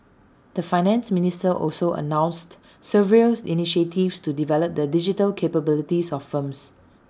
the Finance Minister also announced several initiatives to develop the digital capabilities of firms